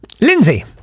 Lindsay